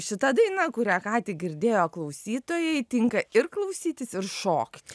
šita daina kurią ką tik girdėjo klausytojai tinka ir klausytis ir šokt